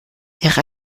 ihre